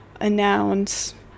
announce